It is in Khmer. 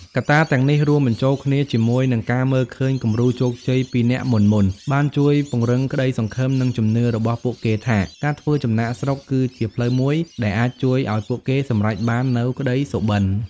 កត្តាទាំងនេះរួមបញ្ចូលគ្នាជាមួយនឹងការមើលឃើញគំរូជោគជ័យពីអ្នកមុនៗ បានជួយពង្រឹងក្តីសង្ឃឹម និងជំនឿរបស់ពួកគេថា ការធ្វើចំណាកស្រុកគឺជាផ្លូវមួយដែលអាចជួយឱ្យពួកគេសម្រេចបាននូវក្តីសុបិន។